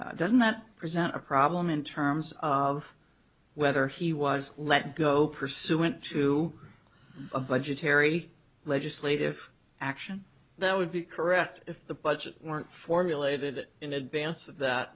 eighth doesn't that present a problem in terms of whether he was let go pursuant to a budgetary legislative action that would be correct if the budget weren't formulated in advance of that